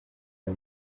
aya